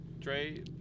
Trey